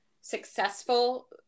successful